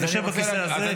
אני יושב בכיסא הזה.